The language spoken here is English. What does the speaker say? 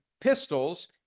pistols